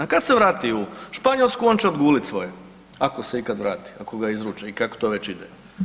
Kad se vrati u Španjolsku on će odgulit svoje, ako se ikad vrati, ako ga izruče i kako to već ide.